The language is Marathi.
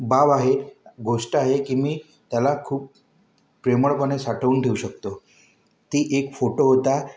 बाब आहे गोष्ट आहे की मी त्याला खूप प्रेमळपणे साठवून ठेवू शकतो ती एक फोटो होता